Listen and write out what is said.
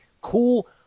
cool